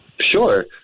Sure